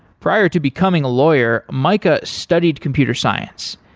prior to becoming a lawyer, mica studied computer science.